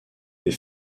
des